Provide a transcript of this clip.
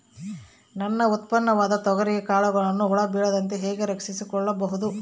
ನನ್ನ ಉತ್ಪನ್ನವಾದ ತೊಗರಿಯ ಕಾಳುಗಳನ್ನು ಹುಳ ಬೇಳದಂತೆ ಹೇಗೆ ರಕ್ಷಿಸಿಕೊಳ್ಳಬಹುದು?